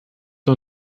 nur